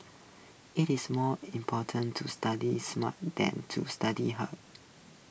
IT is more important to study smart than to study hard